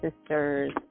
sisters